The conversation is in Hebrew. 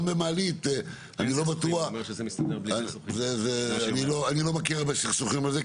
אני לא מכיר הרבה סכסוכים על זה,